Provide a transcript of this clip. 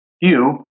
Hugh